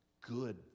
good